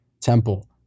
temple